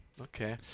Okay